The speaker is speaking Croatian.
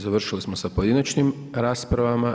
Završili smo sa pojedinačnim raspravama.